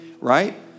right